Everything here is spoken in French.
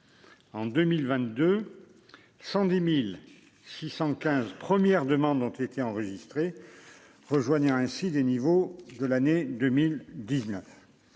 En 2022 110615 premières demandes ont été. C'est enregistré, rejoignant ainsi des niveaux de l'année 2019